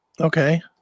okay